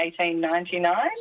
1899